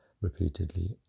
repeatedly